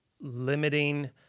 limiting